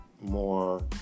more